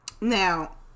now